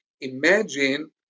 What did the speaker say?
Imagine